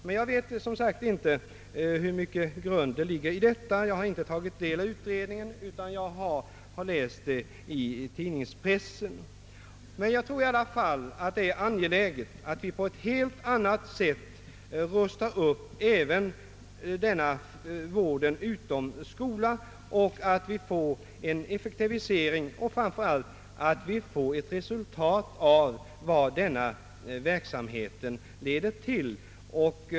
Men jag vet som sagt inte hur välgrundad denna uppfattning är, eftersom jag inte närmare har tagit del av utredningen utan bara läst om den i tidningarna. I alla fall tror jag att det är angeläget att vi på ett helt annat sätt rustar upp även vården utanför skolan och att vi försöker åstadkomma en effektivisering och framför allt att vi blir på det klara med vad verksamheten leder till.